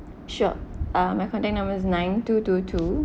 sure uh my contact number is nine two two two